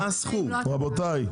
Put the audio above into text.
רבותיי,